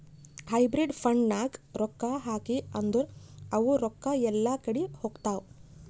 hybrid ಫಂಡ್ನಾಗ್ ರೊಕ್ಕಾ ಹಾಕಿ ಅಂದುರ್ ಅವು ರೊಕ್ಕಾ ಎಲ್ಲಾ ಕಡಿ ಹೋತ್ತಾವ್